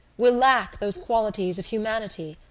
will lack those qualities of humanity,